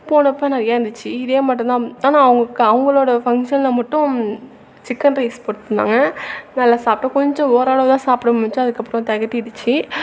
போனப்போ நிறைய இருந்துச்சி இதே மாட்டோம்தான் ஆனால் அவங்க அவங்களோட ஃபங்க்ஷனில் மட்டும் சிக்கன் ரைஸ் போட்டுருந்தாங்க நல்லா சாப்பிட்டோம் கொஞ்சம் ஓரளவு தான் சாப்பிட முடிஞ்ச்சி அதுக்கப்புறோம் தெகட்டிடிச்சி